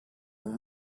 mon